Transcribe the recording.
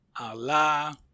Allah